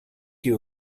you